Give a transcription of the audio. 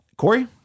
Corey